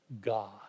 God